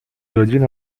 godzin